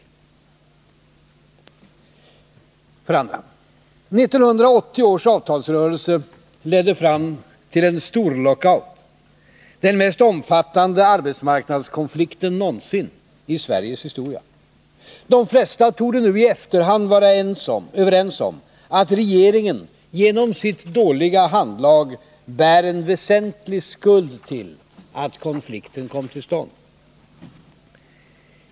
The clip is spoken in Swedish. Vidare: 1980 års avtalsrörelse ledde fram till en storlockout, den mest omfattande arbetsmarknadskonflikten någonsin i Sveriges historia. De flesta torde i efterhand vara överens om att regeringen genom sitt dåliga handlag bär en väsentlig skuld till att konflikten kom till stånd.